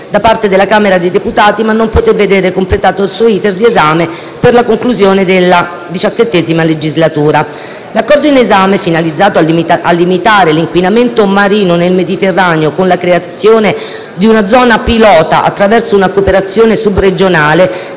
da parte della Camera dei deputati, ma non poté vedere completato il suo *iter* di esame per la conclusione della XVII legislatura. L'Accordo in esame, finalizzato a limitare l'inquinamento marino nel Mediterraneo con la creazione di una zona pilota attraverso una cooperazione *sub*-regionale,